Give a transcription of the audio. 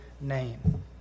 name